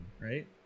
right